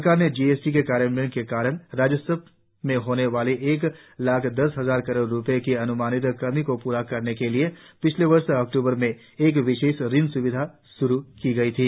सरकार ने जीएसटी के कार्यान्वयन के कारण राजसव होने वाली एक लाख दस हजार करोड़ रुपये की अन्मानित कमी को प्रा करने के लिए पिछले वर्ष अक्टूबर में एक विशेष ऋण स्विधा श्रू की गई थी